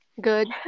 good